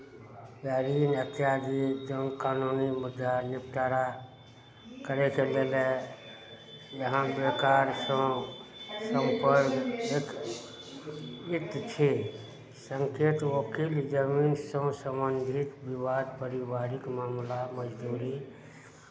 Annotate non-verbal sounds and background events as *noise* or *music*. उएह ऋण इत्यादि जौ कानूनी मुद्दा निपटारा करयके लिए इहाँ बेकारसँ सम्पर्क एक *unintelligible* छै संकिर्त ओकील जमीनसँ सम्बन्धित विवाद पारिवारिक मामिला मजदूरी